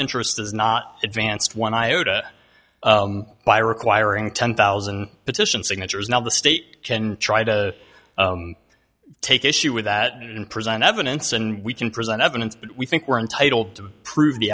interest does not advanced one iota by requiring ten thousand petition signatures now the state can try to take issue with that and present evidence and we can present evidence but we think we're entitled to prove the